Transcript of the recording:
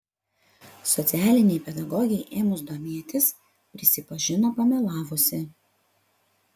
socialinei pedagogei ėmus domėtis prisipažino pamelavusi